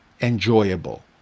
enjoyable